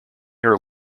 are